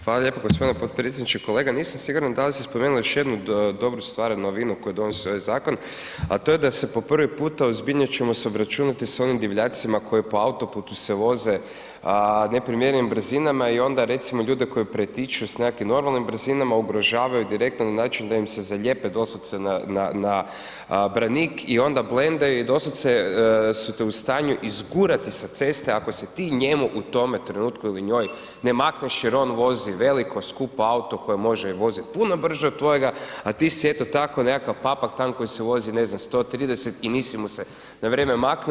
Hvala lijepo gospodine potpredsjedniče, kolega nisam siguran da li ste spomenuli još jednu dobru stvar novinu koju donosi ovaj zakon, a to je da se po prvi puta ozbiljnije ćemo se obračunati sa ovim divljacima koji po autoputu se voze neprimjerenim brzinama i onda recimo ljude koji pretiču s nekakvim normalnim brzinama ugrožavaju direktno na način da im se zalijepe doslovce na branik i onda blendaju i doslovce su te u stanju izgurati sa ceste ako se ti njemu u tome trenutku ili njoj ne makneš jer on vozi veliko skupo auto koje može vozit puno brže od tvojega, a ti si eto tako nekakav papak tam koji se vozi ne znam 130 i nisu mu se na vrijeme maknuo.